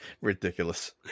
Ridiculous